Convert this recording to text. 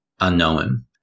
unknown